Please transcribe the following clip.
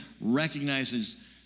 recognizes